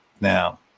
Now